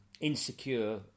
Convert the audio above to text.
insecure